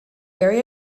area